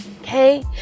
Okay